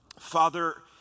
Father